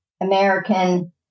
American